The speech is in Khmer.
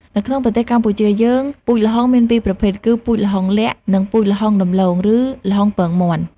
នៅក្នុងប្រទេសកម្ពុជាយើង ពូជល្ហុងមានពីរប្រភេទគឺពូជល្ហុងលក្ខ័ និង ពូជល្ហុងដំឡូង ឬ ល្ហុងពងមាន់។